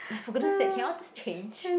like for goodness' sake can y'all just change